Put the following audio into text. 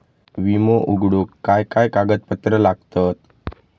विमो उघडूक काय काय कागदपत्र लागतत?